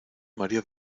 maría